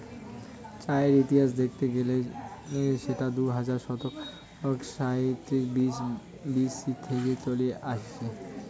চায়ের ইতিহাস দেখত গেলে সেটা দুই হাজার সাতশ সাঁইত্রিশ বি.সি থেকে চলি আসছে